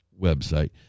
website